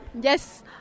Yes